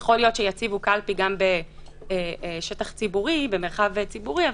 יכול להיות שיציבו קלפי גם במרחב ציבורי,